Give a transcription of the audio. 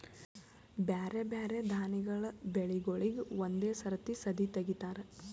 ಬ್ಯಾರೆ ಬ್ಯಾರೆ ದಾನಿಗಳ ಬೆಳಿಗೂಳಿಗ್ ಒಂದೇ ಸರತಿ ಸದೀ ತೆಗಿತಾರ